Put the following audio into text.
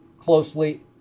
closely